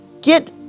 Get